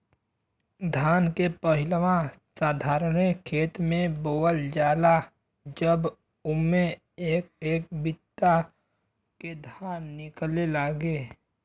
धान के पहिलवा साधारणे खेत मे बोअल जाला जब उम्मे एक एक बित्ता के धान निकले लागे